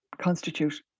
constitute